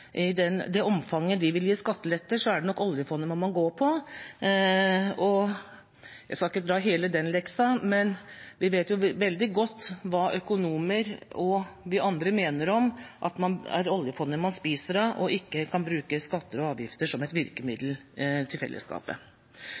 omfanget de vil gi skatteletter, er det nok oljefondet man må gå på. Jeg skal ikke dra hele den leksa, men vi vet veldig godt hva økonomer og vi andre mener om at det er oljefondet man spiser av, og ikke kan bruke skatter og avgifter som et virkemiddel